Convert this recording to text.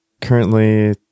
currently